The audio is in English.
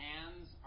Hands